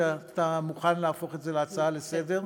שאתה מוכן להפוך את זה להצעה לסדר-היום.